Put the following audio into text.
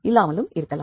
இல்லாமலும் இருக்கலாம்